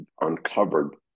uncovered